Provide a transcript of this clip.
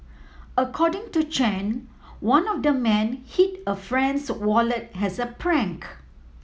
according to Chen one of the men hid a friend's wallet as a prank